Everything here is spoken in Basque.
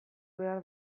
behar